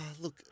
Look